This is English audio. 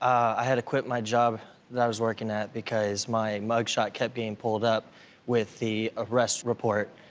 i had to quit my job that i was working at because my mugshot kept being pulled up with the arrest report.